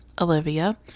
Olivia